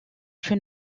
une